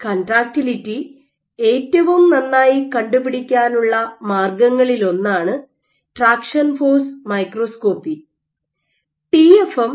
contractility ഏറ്റവും നന്നായി കണ്ടുപിടിക്കാനുള്ള മാർഗ്ഗങ്ങളിലൊന്നാണ് ട്രാക്ഷൻ ഫോഴ്സ് മൈക്രോസ്കോപ്പി ടിഎഫ്എം